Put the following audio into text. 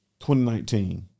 2019